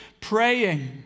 praying